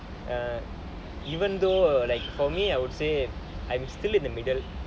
err even though like for me I would say I'm still in the middle